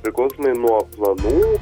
priklausomai nuo planų